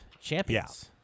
champions